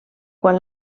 quan